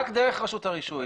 רק דרך הרשות הרישוי.